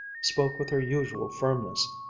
spoke with her usual firmness.